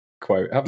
quote